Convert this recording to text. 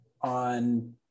on